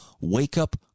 wake-up